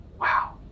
wow